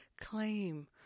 claim